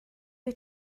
wyt